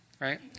right